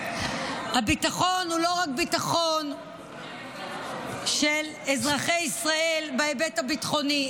הביטחון הוא לא רק ביטחון של אזרחי ישראל בהיבט הביטחוני,